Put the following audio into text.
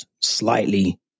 slightly